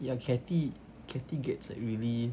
ya catty catty gets like really